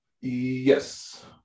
Yes